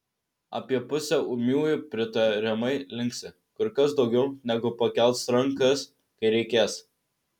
apie pusę ūmiųjų pritariamai linksi kur kas daugiau negu pakels rankas kai reikės